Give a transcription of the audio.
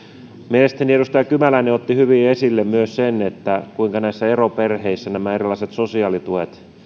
mielestäni edustaja kymäläinen otti hyvin esille myös sen kuinka näissä eroperheissä nämä erilaiset sosiaalituet